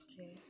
Okay